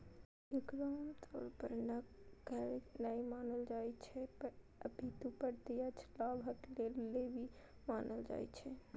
एकरा आम तौर पर कर नै मानल जाइ छै, अपितु प्रत्यक्ष लाभक लेल लेवी मानल जाइ छै